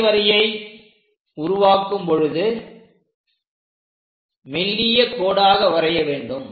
வளைவரையை உருவாக்கும் பொழுது மெல்லிய கோடாக வரைய வேண்டும்